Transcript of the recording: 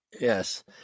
Yes